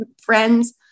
friends